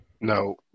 no